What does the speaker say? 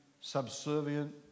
subservient